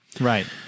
Right